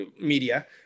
media